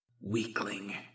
Weakling